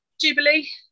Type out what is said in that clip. jubilee